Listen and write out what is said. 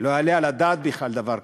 לא יעלה על הדעת בכלל דבר כזה.